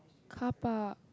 carpark